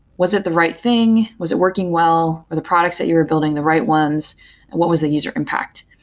was it the right thing? was it working wel l? are the products that you were building the right ones and what was the user impact?